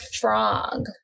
frog